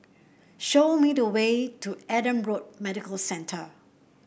show me the way to Adam Road Medical Centre